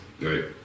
Right